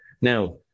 Now